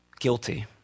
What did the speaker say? Guilty